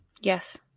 Yes